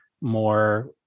more